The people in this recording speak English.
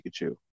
Pikachu